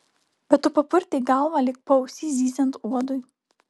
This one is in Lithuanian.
bet tu papurtei galvą lyg paausy zyziant uodui